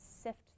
sift